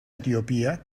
etiopía